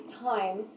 time